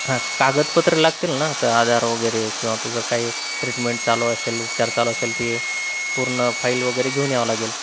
हा कागदपत्रं लागतील ना ते आधार वगैरे किंवा तुझं काही ट्रीटमेंट चालू असेल उपचार चालू असेल ती पूर्ण फाईल वगैरे घेऊन यावं लागेल